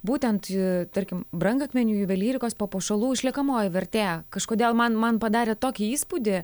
būtent tarkim brangakmenių juvelyrikos papuošalų išliekamoji vertė kažkodėl man man padarė tokį įspūdį